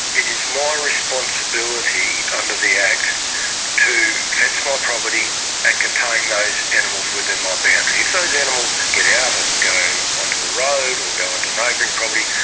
it is my responsibility under the act to fence my property and contain those animals within my boundary. if those animals get out ah and go onto a road or go onto a neighbouring property,